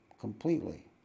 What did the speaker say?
completely